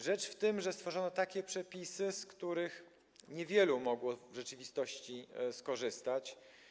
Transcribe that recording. Rzecz w tym, że stworzono takie przepisy, z których niewielu mogło w rzeczywistości skorzystać.